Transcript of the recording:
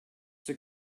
the